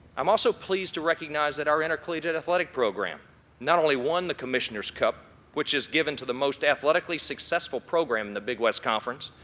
i'm also pleased to recognize that our intercollegiate athletic program not only won the commissioner's cup, which is given to the most athletically successful program in the big west conference.